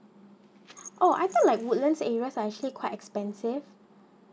oh I thought like woodlands areas are actually quite expensive